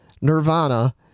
Nirvana